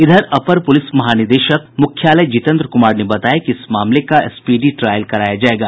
इधर अपर पुलिस महानिदेशक मुख्यालय जितेन्द्र कुमार ने बताया कि इस मामले का स्पीडी ट्रायल कराया जायेगा